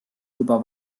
juba